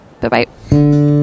Bye-bye